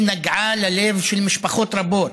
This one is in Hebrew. היא נגעה ללב של משפחות רבות,